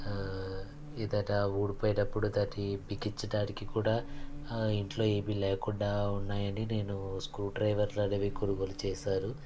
ఎదట ఊడిపోయినప్పుడు దాన్ని బిగించడానికి కూడా ఇంట్లో ఏమీ లేకుండా ఉన్నాయని నేను స్క్రూ డ్రైవర్లనేవి కొనుగోలు చేశాను